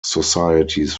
societies